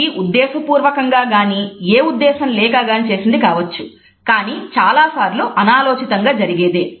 ఇది ఉద్దేశపూర్వకంగా గానీ ఏ ఉద్దేశం లేక గాని చేసినది కావచ్చు కానీ ఎక్కువసార్లు అనాలోచితంగా జరిగేదే